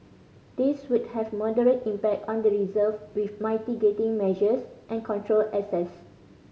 these would have moderate impact on the reserve with mitigating measures and controlled access